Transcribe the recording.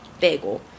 bagel